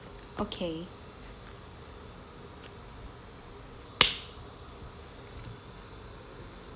okay